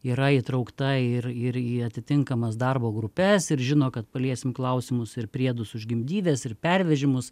yra įtraukta ir ir į atitinkamas darbo grupes ir žino kad paliesim klausimus ir priedus už gimdyves ir pervežimus